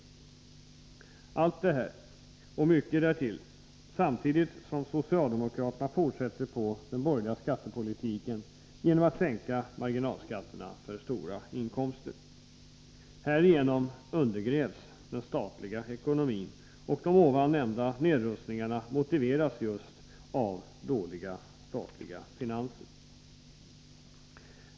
Vi kan notera allt detta och mycket därtill, samtidigt som socialdemokraterna fortsätter den borgerliga skattepolitiken genom att sänka marginalskatterna för stora inkomster. Härigenom undergrävs den statliga ekonomin, och de ovannämnda nedrustningarna motiveras just av dåliga statliga finanser.